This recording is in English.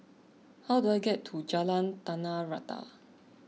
how do I get to Jalan Tanah Rata